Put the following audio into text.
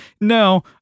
no